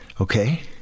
okay